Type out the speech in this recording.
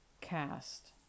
cast